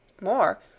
More